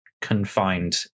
confined